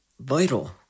vital